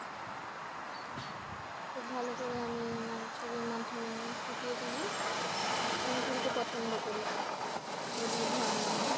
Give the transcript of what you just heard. খুব ভালো করে আমি আমার ছবির মাধ্যমে ফুটিয়ে তুলি এবং তুলতে পছন্দ করি নদী ঝর্না